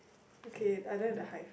okay other the hive